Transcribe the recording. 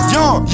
Young